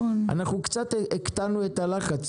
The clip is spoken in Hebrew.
אנחנו קצת הקטנו את הלחץ,